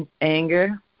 anger